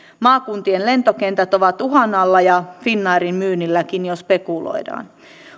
maakuntien lentokentät ovat uhan alla ja finnairin myynnilläkin jo spekuloidaan